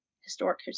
historic